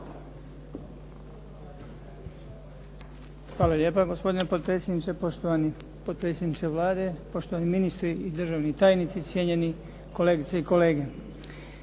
Hvala lijepa, gospodine potpredsjedniče. Poštovani potpredsjedniče Vlade, poštovani ministri i državni tajnici, cijenjeni kolegice i kolege.